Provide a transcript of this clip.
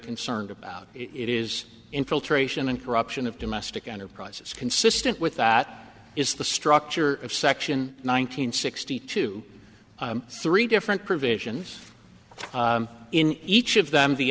concerned about it is infiltration and corruption of domestic enterprises consistent with that is the structure of section nine hundred sixty two three different provisions in each of them the